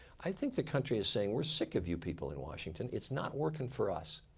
i think the country is saying we're sick of you people in washington. it's not working for us.